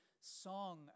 song